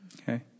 Okay